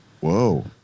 Whoa